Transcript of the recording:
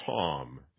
Tom